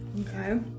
Okay